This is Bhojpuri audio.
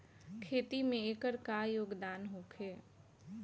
खेती में एकर का योगदान होखे?